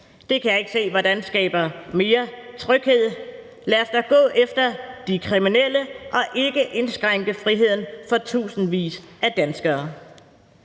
Jeg kan ikke se, hvordan det skaber mere tryghed. Lad os da gå efter de kriminelle og ikke indskrænke friheden for tusindvis af danskere.